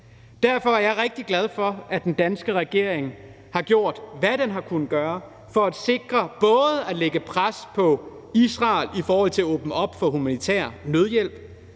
Derfor er jeg rigtig glad for, at den danske regering har gjort, hvad den har kunnet gøre for at sikre både at lægge pres på Israel i forhold til at åbne op for humanitær nødhjælp,